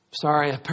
Sorry